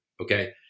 Okay